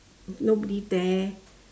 nobody there